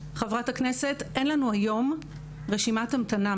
אין לנו היום רשימת המתנה,